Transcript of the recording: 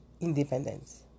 independence